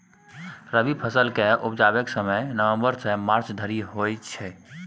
रबी फसल केँ उपजेबाक समय नबंबर सँ मार्च धरि होइ छै